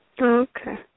Okay